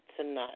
tonight